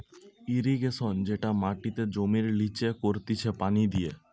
irrigation যেটা মাটিতে জমির লিচে করতিছে পানি দিয়ে